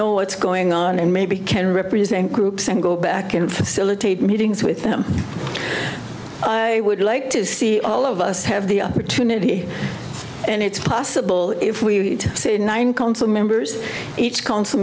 know what's going on and maybe can represent groups and go back and facilitate meetings with them i would like to see all of us have the opportunity and it's possible if we see nine council members each council